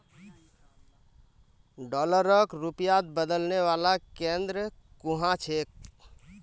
डॉलरक रुपयात बदलने वाला केंद्र कुहाँ छेक